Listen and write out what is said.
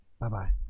Bye-bye